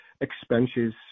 expenses